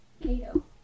Kato